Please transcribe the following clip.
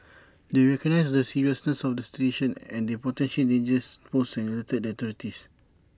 they recognised the seriousness of the situation and the potential danger posed and alerted the authorities